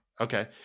Okay